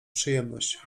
przyjemność